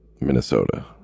minnesota